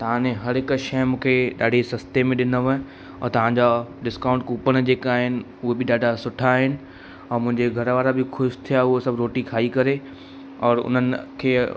तव्हांजे हर हिकु शइ मुखे ॾाढी सस्ते में ॾिनव और तहांजा डिस्काउंट कूपन जेका आहिनि उहे बि ॾाढा सुठा आहिनि ऐं मुंहिंजे घर वारा बि ख़ुशि थिया उहे सभु रोटी खाई करे औरि उन्हनि खे